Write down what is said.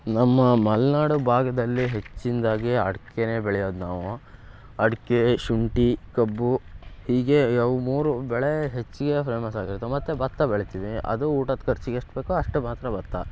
ನಮ್ಮ ಮಲೆನಾಡು ಭಾಗದಲ್ಲಿ ಹೆಚ್ಚಿನದಾಗಿ ಅಡಿಕೆನೇ ಬೆಳೆಯೋದು ನಾವು ಅಡಿಕೆ ಶುಂಠಿ ಕಬ್ಬು ಹೀಗೆ ಅವು ಮೂರು ಬೆಳೆ ಹೆಚ್ಚಿಗೆ ಫೇಮಸ್ ಆಗಿರದು ಮತ್ತೆ ಭತ್ತ ಬೆಳಿತೀವಿ ಅದು ಊಟದ ಖರ್ಚಿಗೆ ಎಷ್ಟು ಬೇಕೋ ಅಷ್ಟು ಮಾತ್ರ ಭತ್ತ